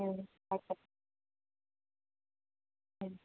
ம் ம்